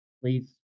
please